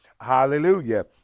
Hallelujah